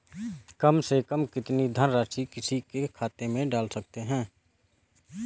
कम से कम कितनी धनराशि किसी के खाते में डाल सकते हैं?